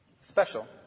special